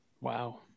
Wow